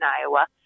Iowa